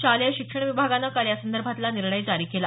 शालेय शिक्षण विभागानं काल यासंदर्भातला शासन निर्णय जारी केला